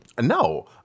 No